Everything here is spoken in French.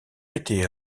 était